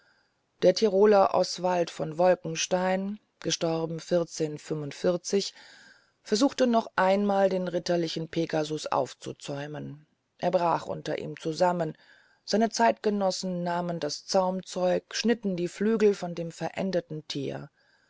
der tiroler aus wald von wolken versuchte noch einmal den ritterlichen pegasus aufzuzäumen er brach unter ihm zusammen seine zeitgenossen nahmen das zaumzeug und schnitten die flügel von dem verendenden tier